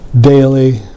daily